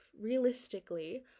realistically